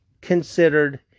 considered